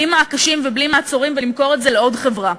בלי מעקשים ובלי מעצורים ולמכור את זה לעוד חברה.